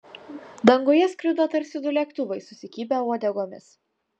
danguje skrido tarsi du lėktuvai susikibę uodegomis